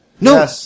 No